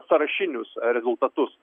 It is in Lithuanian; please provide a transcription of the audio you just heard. sąrašinius rezultatus